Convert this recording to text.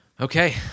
okay